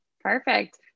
Perfect